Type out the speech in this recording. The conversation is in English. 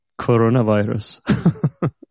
coronavirus